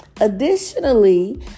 Additionally